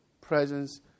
presence